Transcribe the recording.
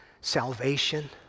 salvation